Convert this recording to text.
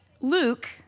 Luke